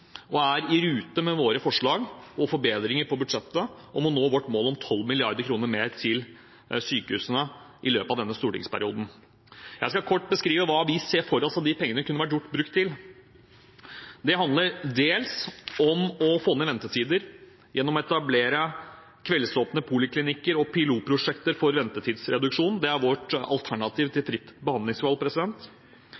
og er i rute med våre forslag og forbedringer på budsjettet om å nå vårt mål om 12 mrd. kr mer til sykehusene i løpet av denne stortingsperioden. Jeg skal kort beskrive hva vi ser for oss at de pengene kunne vært brukt til. Det handler dels om å få ned ventetider gjennom å etablere kveldsåpne poliklinikker og pilotprosjekter for ventetidsreduksjon. Det er vårt alternativ til fritt behandlingsvalg.